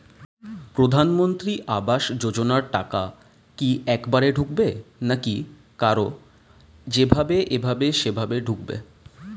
প্রধানমন্ত্রী আবাস যোজনার টাকা কি একবারে ঢুকবে নাকি কার যেভাবে এভাবে সেভাবে ঢুকবে?